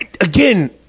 again